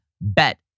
bet